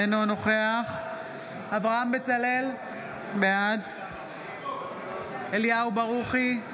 אינו נוכח אברהם בצלאל, בעד אליהו ברוכי,